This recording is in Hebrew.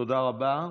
תודה רבה.